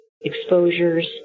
exposures